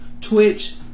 Twitch